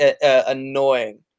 annoying